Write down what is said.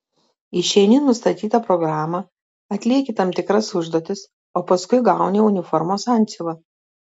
išeini nustatytą programą atlieki tam tikras užduotis o paskui gauni uniformos antsiuvą